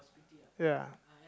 ya